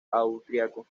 austriaco